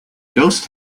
ghost